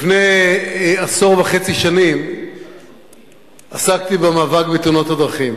לפני עשור וחצי עסקתי במאבק בתאונות הדרכים,